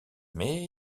mais